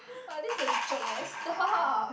!wah! this a joke eh stop